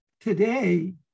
Today